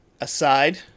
aside